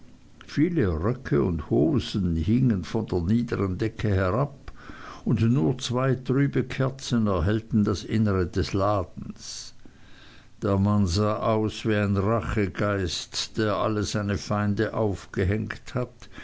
viele röcke und hosen hingen von der niedern decke herab und nur zwei trübe kerzen erhellten das innere des ladens der mann sah aus wie ein rachegeist der alle seine feinde aufgehenkt hat